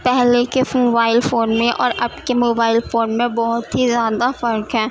پہلے کے phone mobile phone میں اور اب کے موبائل فون میں بہت ہی زیادہ فرق ہے